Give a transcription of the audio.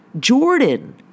Jordan